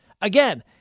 Again